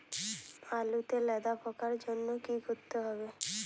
আলুতে লেদা পোকার জন্য কি করতে হবে?